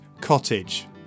cottage